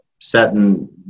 setting